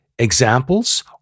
examples